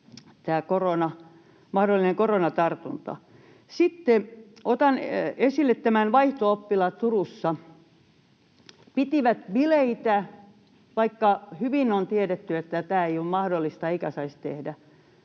mahdollinen koronatartunta. Sitten otan esille vaihto-oppilaat Turussa: pitivät bileitä, vaikka hyvin on tiedetty, että tämä ei ole mahdollista eikä näin saisi tehdä.